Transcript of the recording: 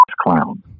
clown